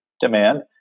demand